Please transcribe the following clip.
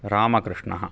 रामकृष्णः